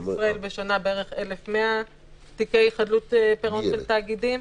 ישראל יש בשנה בערך 1,100 תיקי חדלות פירעון של תאגידים,